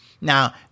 Now